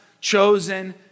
chosen